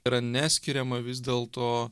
yra neskiriama vis dėl to